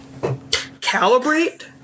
Calibrate